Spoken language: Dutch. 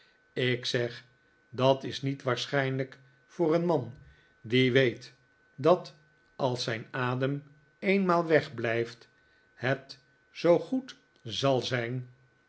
ik zeg dat is niet waarschijnlijk voor een man die weet dat als zijn adem eenmaal wegblijft het zoo goed zal zijn